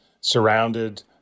surrounded